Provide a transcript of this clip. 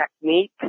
technique